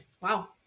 Wow